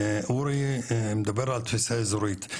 אורי מדבר על תפיסה אזורית,